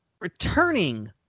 returning